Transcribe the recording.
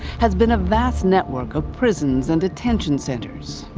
has been a vast network of prisons and detention centres,